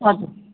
हजुर